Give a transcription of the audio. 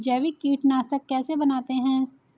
जैविक कीटनाशक कैसे बनाते हैं?